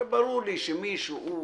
הרי ברור לי שוב,